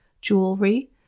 jewelry